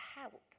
help